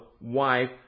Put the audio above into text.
wife